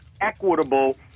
equitable